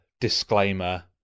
disclaimer